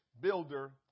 builder